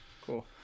Cool